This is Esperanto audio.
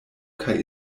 kaj